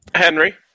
Henry